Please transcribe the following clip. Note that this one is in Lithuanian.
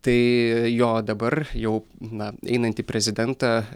tai jo dabar jau na einantį prezidentą